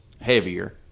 heavier